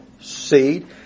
seed